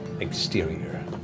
exterior